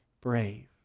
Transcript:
brave